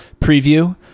preview